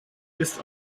ist